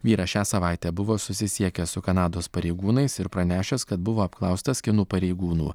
vyras šią savaitę buvo susisiekęs su kanados pareigūnais ir pranešęs kad buvo apklaustas kinų pareigūnų